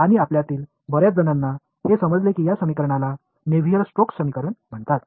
आणि आपल्यातील बर्याचजणांना हे समजेल की या समीकरणाला नेव्हीअर स्टोक्स समीकरण म्हणतात